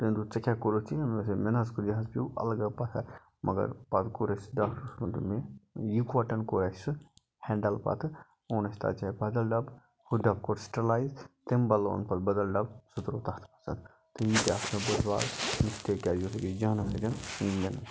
تٔمۍ دوٚپ ژےٚ کیاہ کوٚرُتھ یہِ مےٚ دوٚپُس مےٚ نہ حظ کوٚر یہِ حظ پیٚو اَلگٲب پَتھَر مگر پَتہٕ کوٚر اسہِ داکٹرس ووٚن تٔمۍ مےٚ یِکوٹَن کوٚر اَسہِ سُہ ہیٚنڈل پَتہٕ اوٚن اَسہِ تتھ جایہِ بَدَل ڈَبہٕ ہُہ ڈَبہٕ کوٚر سٹرلایز تمہِ بَدلہٕ اوٚن پَتہٕ بَدَل ڈَبہٕ سُہ تروو تتھ مَنٛز تہٕ یہِ تہِ ہسا اکھ بٔڑ بارٕ مسٹیک کیازِ یہِ ٲسۍ أکِس جانس